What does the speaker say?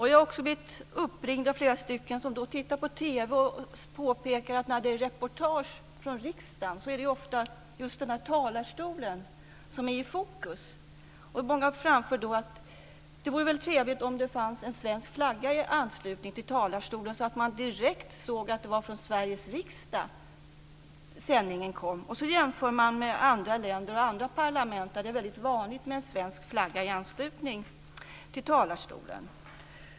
Jag har också blivit uppringd av flera stycken som tittar på TV och påpekar att när det är reportage från riksdagen är det ofta just talarstolen som är i fokus. Många framför då att det vore trevligt om det fanns en svensk flagga i anslutning till talarstolen så att man direkt såg att sändningen kom från Sveriges riksdag. Man kan jämföra med andra länder och andra parlament, där det är vanligt med landets flagga i anslutning till talarstolen.